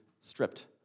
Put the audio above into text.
stripped